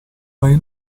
dai